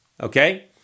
okay